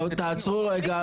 תעצרו כולם.